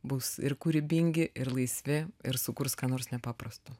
bus ir kūrybingi ir laisvi ir sukurs ką nors nepaprasto